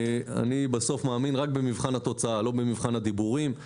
בסוף אני מאמין רק במבחן התוצאה ולא במבחן הדיבורים.